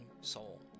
soul